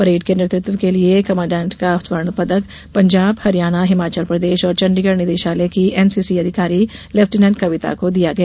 parade के नेतृत्व के लिये कमाडेन्ट का स्वर्ण पदक पंजाब हरियाणा हिमाचल प्रदेश और चंडीगढ निदेशालय की एनसीसी अधिकारी लेफ्टिनेट कविता को दिया गया